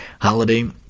holiday